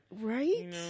Right